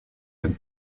and